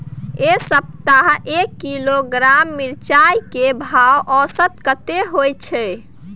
ऐ सप्ताह एक किलोग्राम मिर्चाय के भाव औसत कतेक होय छै?